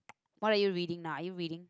what are you reading now are you reading